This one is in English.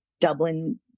Dublin